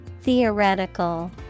Theoretical